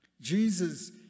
Jesus